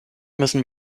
müssen